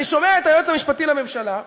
אני שומע את היועץ המשפטי לממשלה,